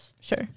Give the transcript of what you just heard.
sure